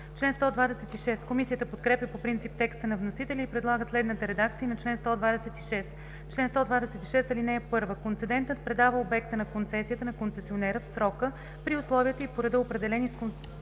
заличават. Комисията подкрепя по принцип текста на вносителя и предлага следната редакция на чл. 126: „Чл. 126. (1) Концедентът предава обекта на концесията на концесионера в срока, при условията и по реда, определени с концесионния